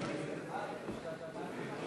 המשרד לקליטת העלייה,